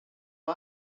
mae